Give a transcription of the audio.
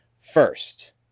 first